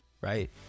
right